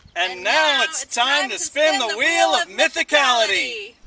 and now it's time to spin the wheel of mythicality.